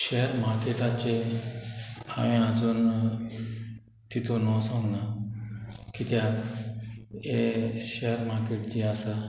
share मार्केटाचे हांवे आजून तितून वचोंक ना कित्याक हे शेयर मार्केट जे आसा